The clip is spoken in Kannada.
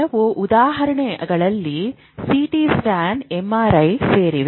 ಕೆಲವು ಉದಾಹರಣೆಗಳಲ್ಲಿ ಸಿಟಿ ಸ್ಕ್ಯಾನ್ ಎಂಆರ್ಐ ಸೇರಿವೆ